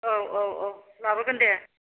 औ औ औ लाबोगोन दे